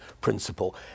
principle